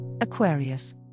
Aquarius